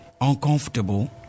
uncomfortable